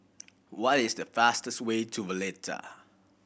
what is the fastest way to Valletta